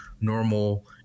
normal